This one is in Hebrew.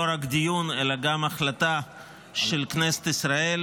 רק דיון אלא גם החלטה של כנסת ישראל,